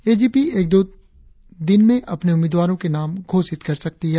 AGP एक दो दिन में अपने उम्मीदवारों के नाम घोषित कर सकती है